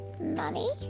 money